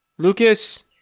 Lucas